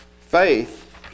Faith